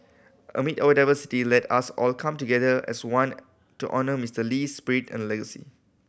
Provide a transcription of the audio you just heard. amid our diversity let us all come together as one to honour Mister Lee's spirit and legacy